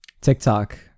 TikTok